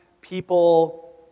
people